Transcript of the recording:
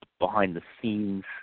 behind-the-scenes